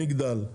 עם מגדל,